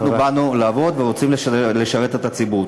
אנחנו באנו לעבוד ורוצים לשרת את הציבור.